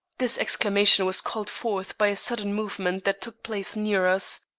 this exclamation was called forth by a sudden movement that took place near us.